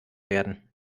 werden